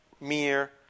mere